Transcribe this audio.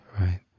right